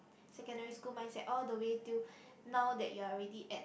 secondary school mindset all the way till now that you already at